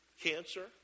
Cancer